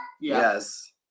Yes